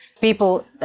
People